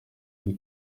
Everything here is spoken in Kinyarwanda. muri